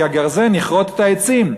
כי הגרזן יכרות את העצים,